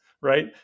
right